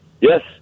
Yes